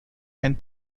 and